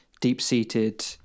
deep-seated